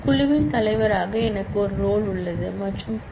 குழுவின் தலைவராக எனக்கு ஒரு ரோல் உள்ளது மற்றும் பல